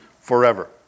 forever